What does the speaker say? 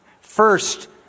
first